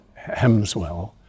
Hemswell